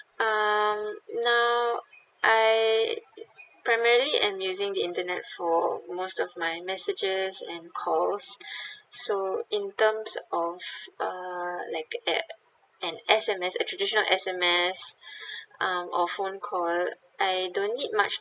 um now I primarily am using the internet for most of my messages and calls so in terms of uh like e~ an S_M_S a traditional S_M_S um or phone call I don't need much